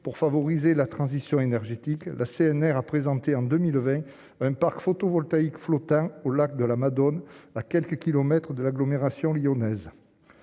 pour favoriser la transition énergétique, la CNR a présenté en 2020, un parc photovoltaïque flottant au lac de la Madone, à quelques km de l'agglomération lyonnaise.